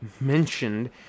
mentioned